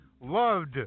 Loved